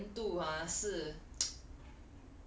它的甜度 ah 是